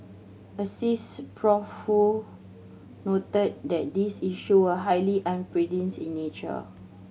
Asst Prof Woo noted that these issue were highly unprecedented in nature